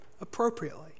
appropriately